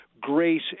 grace